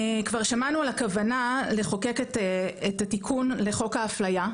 כבר שמענו על הכוונה לחוקק את התיקון לחוק האפליה,